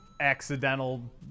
accidental